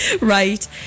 Right